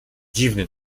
dziwny